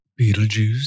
Beetlejuice